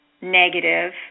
negative